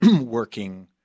working